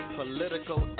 political